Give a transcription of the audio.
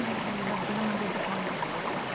he had been a member of the communist party,